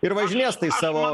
ir važinės tais savo